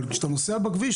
אבל כשאתה נוסע בכביש,